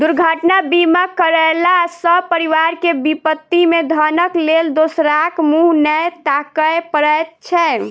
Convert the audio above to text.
दुर्घटना बीमा करयला सॅ परिवार के विपत्ति मे धनक लेल दोसराक मुँह नै ताकय पड़ैत छै